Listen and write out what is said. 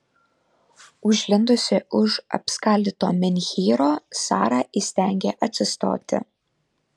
užlindusi už apskaldyto menhyro sara įstengė atsistoti